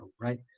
right